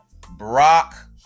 Brock